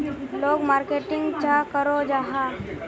लोग मार्केटिंग चाँ करो जाहा?